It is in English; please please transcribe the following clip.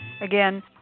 Again